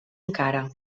encara